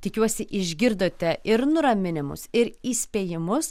tikiuosi išgirdote ir nuraminimus ir įspėjimus